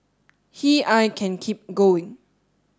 he I can keep going